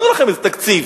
נתנו לכם איזה תקציב.